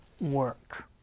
work